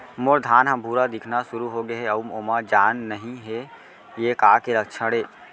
मोर धान ह भूरा दिखना शुरू होगे हे अऊ ओमा जान नही हे ये का के लक्षण ये?